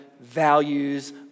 values